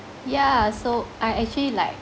yeah so I actually like